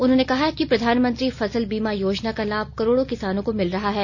उन्होंने कहा कि प्रधानमंत्री फसल बीमा योजना का लाभ करोड़ों किसानों को मिल रहा है